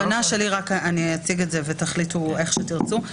אני אציג את זה ואתם תחליטו איך שתרצו.